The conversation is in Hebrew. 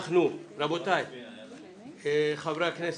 רבותי חבריי הכנסת,